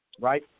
Right